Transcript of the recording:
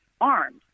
armed